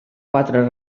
quatre